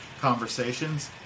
conversations